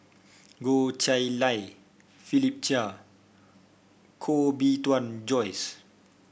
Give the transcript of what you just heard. Goh Chiew Lye Philip Chia Koh Bee Tuan Joyce